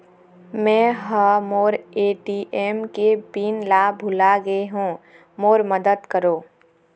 मै ह मोर ए.टी.एम के पिन ला भुला गे हों मोर मदद करौ